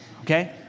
okay